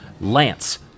Lance